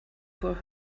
for